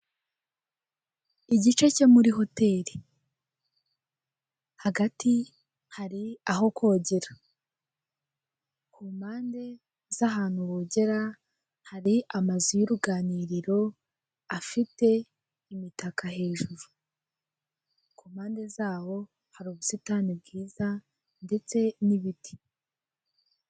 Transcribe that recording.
Igice cyo muri hoteli hagati hari aho kogera ku mpande z'ahantu bogera hari amazu y'uruganiriro afite imitaka hejuru. Ku mpande zaho hari ubusitani bwiza ndetse n'ibiti.